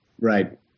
right